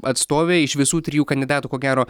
atstovė iš visų trijų kandidatų ko gero